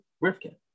Rifkin